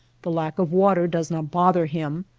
the lack of water does not bother him,